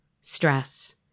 stress